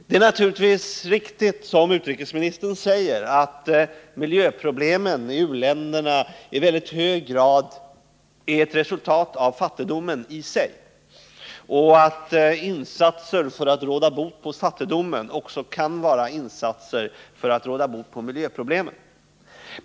Det är naturligtvis riktigt, som utrikesministern säger, att miljöproblem i u-länderna i mycket hög grad är ett resultat av fattigdomen i sig och att insatser för att råda bot på fattigdomen också kan vara insatser för att råda bot på miljöproblemen.